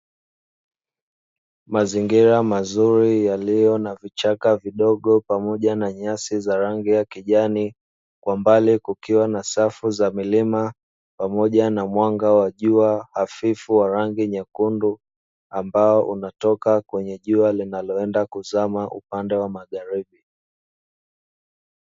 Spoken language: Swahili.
Mazingira mazuri yaliyo na vichaka vidogo pamoja na nyasi zenye rangi ya kijani, kwa mbali kukiwa na safu za milima pamoja na mwanga wa jua hafifu wa rangi nyekundu ambao unatoka kwenye jua linaloenda kuzama upande wa magharibi.